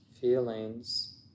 feelings